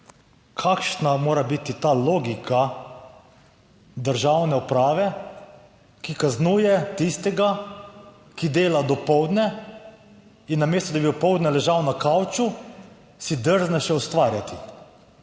kakšna mora biti ta logika državne uprave, ki kaznuje tistega, ki dela dopoldne, in namesto da bi popoldne ležal na kavču, si drzne še ustvarjati?